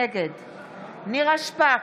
נגד נירה שפק,